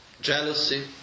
jealousy